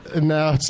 now